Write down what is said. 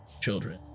children